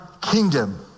kingdom